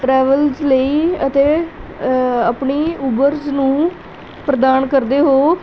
travels ਲਈ ਅਤੇ ਆਪਣੀ ਉਬਰਸ ਨੂੰ ਪ੍ਰਦਾਨ ਕਰਦੇ ਹੋ